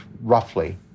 roughly